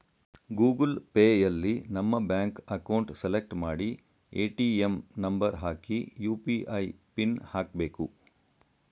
Google ಪೇಯಲ್ಲಿ ನಮ್ಮ bank account select ಮಾಡಿ ಎ.ಟಿ.ಎಂ ನಂಬರ್ ಹಾಕಿ ಯು.ಪಿ.ಐ ಪಿನ್ ಹಾಕ್ಬೇಕು